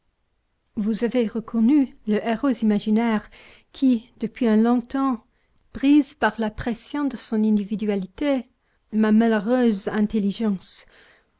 vous avez reconnu le héros imaginaire qui depuis un long temps brise par la pression de son individualité ma malheureuse intelligence